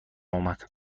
اومد